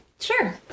sure